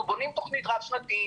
אנחנו בונים תכנית רב שנתית,